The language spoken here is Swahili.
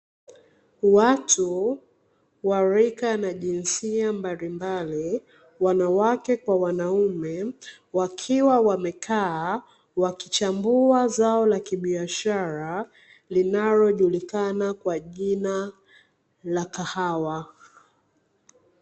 Watu wa rika na jinsia mbalimbali, wanawake kwa wanaume, wakiwa wamekaa wakichambua zao la kibiashara, linalo julikana kwa jina la kahawa.